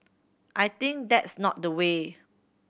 I think that's not the way